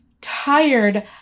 tired